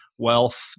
wealth